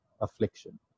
affliction